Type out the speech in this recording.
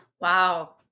Wow